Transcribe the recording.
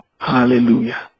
Hallelujah